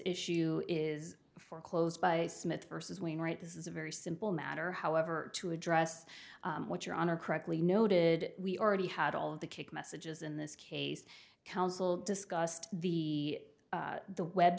issue is foreclosed by smith versus wainwright this is a very simple matter however to address what your honor correctly noted we already had all of the kick messages in this case counsel discussed the the web